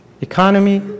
economy